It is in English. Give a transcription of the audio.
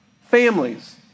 families